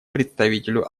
представителю